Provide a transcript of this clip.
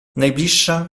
najbliższa